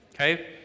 okay